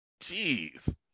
Jeez